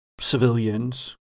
civilians